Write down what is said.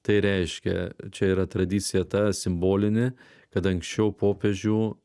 tai reiškia čia yra tradicija ta simbolinė kad anksčiau popiežių